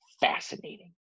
fascinating